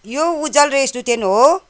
यो उज्जल रेस्टुरेन्ट हो